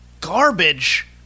garbage